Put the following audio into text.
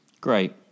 Great